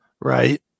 right